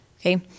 okay